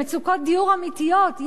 למצוקות דיור אמיתיות,